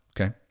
Okay